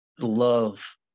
love